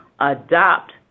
adopt